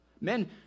Men